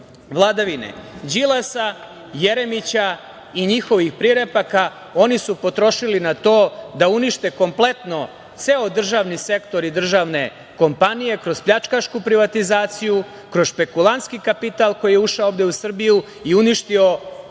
vladavine Đilasa, Jeremića i njihovih prirepaka su potrošili na to da unište kompletno ceo državni sektor i državne kompanije kroz pljačkašku privatizaciju, kroz špekulanski kapital koji je ušao ovde u Srbiju i uništio mnoge